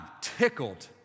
tickled